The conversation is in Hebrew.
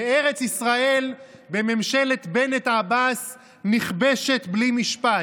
וארץ ישראל בממשלת בנט-עבאס נכבשת בלי משפט.